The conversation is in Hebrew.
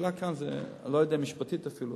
אני לא יודע אם משפטית אפילו,